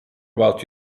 about